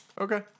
Okay